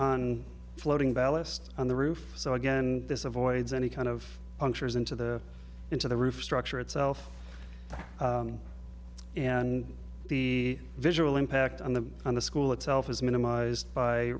on floating ballast on the roof so again this avoids any kind of unger's into the into the roof structure itself and the visual impact on the on the school itself is minimized by